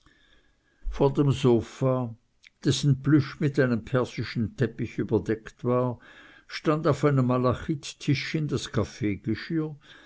vor dem sofa dessen plüsch mit einem persischen teppich überdeckt war stand auf einem malachittischchen das